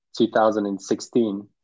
2016